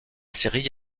série